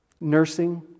nursing